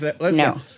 no